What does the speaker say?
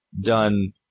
done